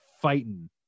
fighting